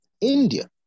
India